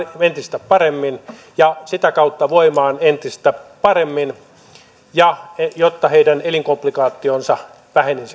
entistä paremmin ja sitä kautta voimaan entistä paremmin jotta heidän elinkomplikaationsa